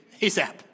ASAP